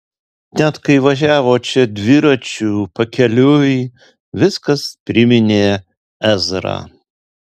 net kai važiavo čia dviračiu pakeliui viskas priminė ezrą